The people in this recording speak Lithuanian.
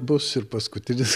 bus ir paskutinis